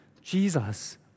Jesus